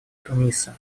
туниса